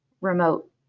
remote